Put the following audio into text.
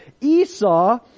Esau